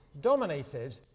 dominated